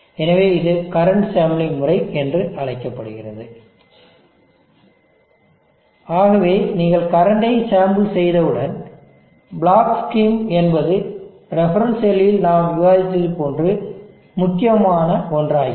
எனவே இது current sampling முறை என்று அழைக்கப்படுகிறது ஆகவே நீங்கள் கரண்டை சாம்பிள் செய்தவுடன் பிளாக் ஸ்கீம் என்பது ரெஃபரன்ஸ் செல்லில் நாம் விவாதித்தது போன்று முக்கியமான ஒன்றாகிவிடும்